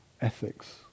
ethics